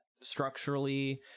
structurally